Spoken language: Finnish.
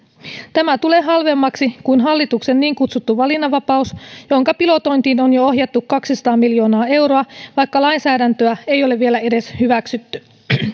tämä tulee halvemmaksi kuin hallituksen niin kutsuttu valinnanvapaus jonka pilotointiin on jo ohjattu kaksisataa miljoonaa euroa vaikka lainsäädäntöä ei ole vielä edes hyväksytty